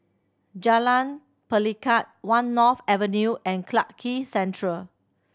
Jalan Pelikat One North Avenue and Clarke Quay Central